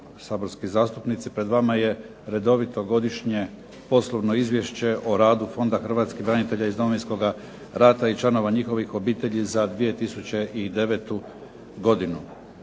saborski zastupnici. Pred vama je redovito godišnje poslovno izvješće o radu hrvatskih branitelja iz Domovinskog rata i članova njihovih obitelji za 2009. godinu.